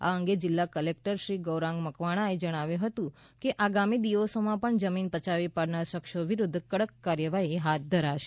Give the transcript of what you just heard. આ અંગે જિલ્લા કલેકટર શ્રી ગૌરાંગ મકવાણાએ જણાવ્યું હતુ કે આગામી દિવસોમાં પણ જમીન પયાવી પાડનારા શખ્સો વિરુધ્ધ કડક કાર્યવાહી હાથ ધરાશે